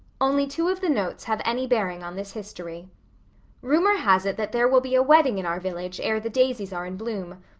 only two of the notes have any bearing on this history rumor has it that there will be a wedding in our village ere the daisies are in bloom.